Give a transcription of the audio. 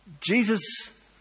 Jesus